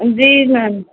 جی میم